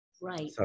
Right